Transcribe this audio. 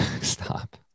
Stop